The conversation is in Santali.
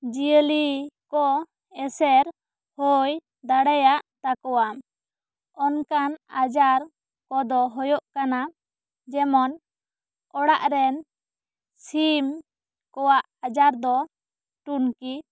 ᱡᱤᱭᱟᱹᱞᱤ ᱠᱚ ᱮᱥᱮᱨ ᱦᱚᱭ ᱫᱟᱲᱮᱭᱟᱜ ᱛᱟᱠᱚᱣᱟ ᱚᱱᱠᱟᱱ ᱟᱡᱟᱨ ᱠᱚ ᱫᱚ ᱦᱚᱭᱚᱜ ᱠᱟᱱᱟ ᱡᱮᱢᱚᱱ ᱚᱲᱟᱜ ᱨᱮᱱ ᱥᱤᱢ ᱠᱚᱣᱟᱜ ᱟᱡᱟᱨ ᱫᱚ ᱴᱩᱱᱠᱤ